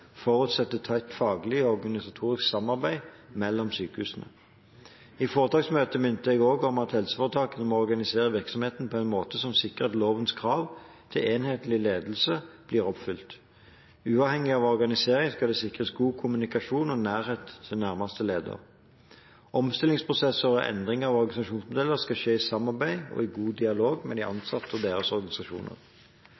forutsetter tett faglig og organisatorisk samarbeid mellom sykehusene. I foretaksmøtet minnet jeg også om at helseforetakene må organisere virksomheten på en måte som sikrer at lovens krav til enhetlig ledelse blir oppfylt. Uavhengig av organisering skal det sikres god kommunikasjon og nærhet til nærmeste leder. Omstillingsprosesser og endring av organisasjonsmodell skal skje i samarbeid og god dialog med de